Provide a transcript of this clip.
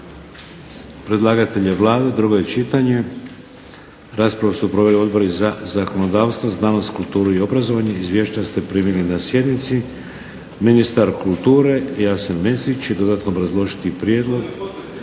Predlagatelj je Vlada. Drugo je čitanje. Raspravu su proveli Odbori za zakonodavstvo, znanost, kulturu i obrazovanje. Izvješća ste primili na sjednici. Ministar kulture Jasen Mesić će dodatno obrazložiti prijedlog.